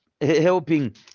helping